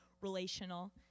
relational